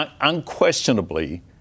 unquestionably